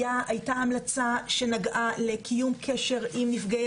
היתה המלצה שנגעה לקיום קשר עם נפגעי